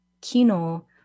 Kino